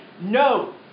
no